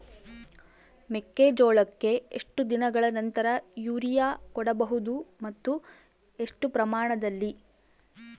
ಮೆಕ್ಕೆಜೋಳಕ್ಕೆ ಎಷ್ಟು ದಿನಗಳ ನಂತರ ಯೂರಿಯಾ ಕೊಡಬಹುದು ಮತ್ತು ಎಷ್ಟು ಪ್ರಮಾಣದಲ್ಲಿ?